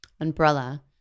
umbrella